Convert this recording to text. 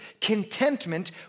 contentment